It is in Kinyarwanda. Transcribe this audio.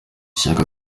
shyaka